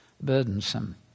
burdensome